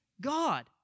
God